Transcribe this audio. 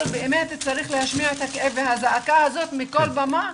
אבל באמת צריך להשמיע את הכאב והזעקה הזאת מכל במה.